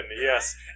yes